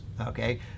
okay